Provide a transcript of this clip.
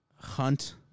Hunt